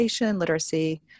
literacy